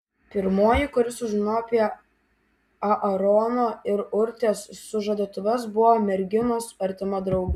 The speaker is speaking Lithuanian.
pirmoji kuri sužinojo apie aarono ir urtės sužadėtuves buvo merginos artima draugė